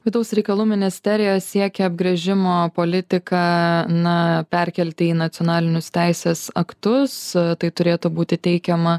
vidaus reikalų ministerija siekia apgręžimo politiką na perkelti į nacionalinius teisės aktus tai turėtų būti teikiama